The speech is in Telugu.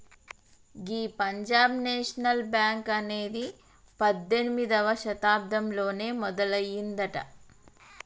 గీ పంజాబ్ నేషనల్ బ్యాంక్ అనేది పద్దెనిమిదవ శతాబ్దంలోనే మొదలయ్యిందట